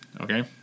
okay